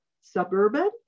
Suburban